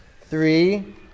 Three